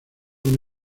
una